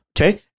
Okay